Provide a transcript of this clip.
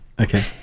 okay